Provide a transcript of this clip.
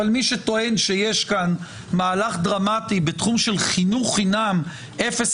אבל מי שטוען שיש כאן מהלך דרמטי בתחום של חינוך חינם אפס